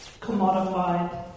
commodified